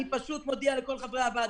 אני פשוט מודיע לכל חברי הוועדה.